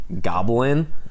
goblin